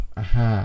aha